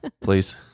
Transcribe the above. Please